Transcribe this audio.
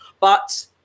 But-